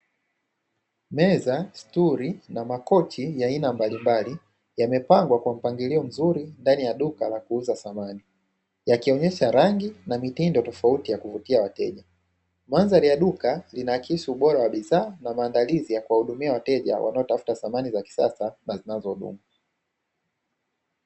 Meza, stuli na makochi ya aina mbalimbali yamepagwa kwa mpangilio mzuri ndani ya duka la kuuza samani yakionyesha rangi na mitindo tofauti ya kuvutia wateja. Mandhari ya duka inaakisi ubora wa bidhaa na maandalizi ya kuwahudumia wateja wanaotafuta samani za kisasa na zinazodumu.